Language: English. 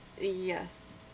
Yes